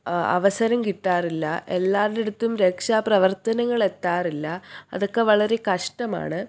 അവസരം കിട്ടാറില്ല എല്ലാവരുടെ അടുത്തും രക്ഷാപ്രവർത്തനങ്ങൾ എത്താറില്ല അതൊക്കെ വളരെ കഷ്ടമാണ്